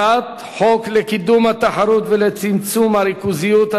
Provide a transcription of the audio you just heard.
הצעת חוק לקידום התחרות ולצמצום הריכוזיות,